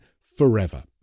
forever